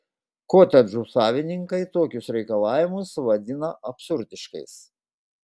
kotedžų savininkai tokius reikalavimus vadina absurdiškais